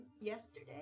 yesterday